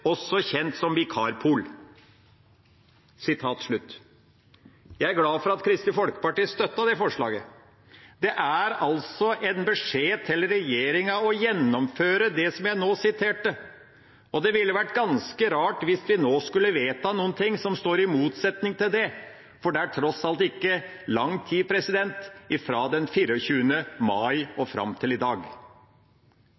også kjent som vikarpooler.» Jeg er glad for at Kristelig Folkeparti støttet det forslaget. Dette er altså en beskjed til regjeringa om å gjennomføre det jeg nå siterte. Det ville vært ganske rart hvis vi nå skulle vedta noe som står i motsetning til det, for det er tross alt ikke lang tid fra den 24. mai